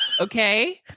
Okay